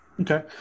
Okay